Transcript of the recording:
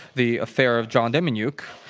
the affair of john demjanjuk,